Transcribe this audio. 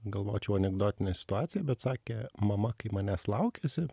galvočiau anekdotinė situacija bet sakė mama kai manęs laukėsi